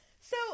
So-